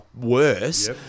worse